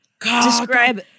Describe